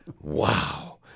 Wow